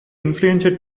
influential